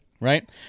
Right